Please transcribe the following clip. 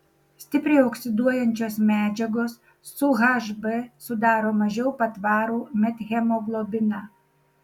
stipriai oksiduojančios medžiagos su hb sudaro mažiau patvarų methemoglobiną